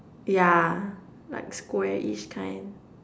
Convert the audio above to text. yeah like squarish kind